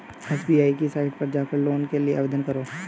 SBI की site पर जाकर लोन के लिए आवेदन करो